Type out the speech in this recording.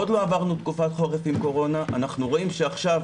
עוד לא עברנו תקופת חורף עם קורונה ואנחנו רואים שעכשיו,